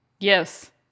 Yes